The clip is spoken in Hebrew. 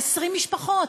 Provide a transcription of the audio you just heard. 20 משפחות.